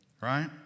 right